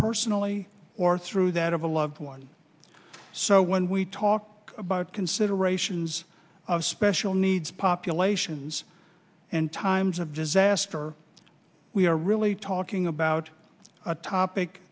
personally or through that of a loved one so when we talk about considerations of special needs populations and times of disaster we are really talking about a topic